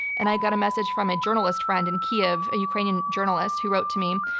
and i got a message from a journalist friend in kyiv, a ukrainian journalist, who wrote to me.